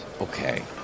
Okay